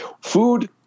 food